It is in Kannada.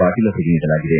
ಪಾಟೀಲ್ ಅವರಿಗೆ ನೀಡಲಾಗಿದೆ